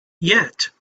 yet